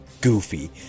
goofy